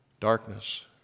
darkness